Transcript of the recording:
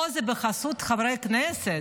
פה זה בחסות חברי כנסת,